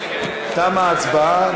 תמה ההצבעה.